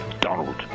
Donald